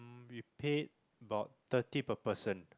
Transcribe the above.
we paid about thirty per person